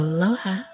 Aloha